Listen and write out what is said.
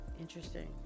Interesting